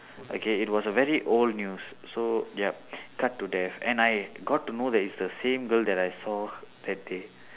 okay it was a very old news so yup cut to death and I got to know that it's the same girl that I saw that day